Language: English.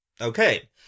Okay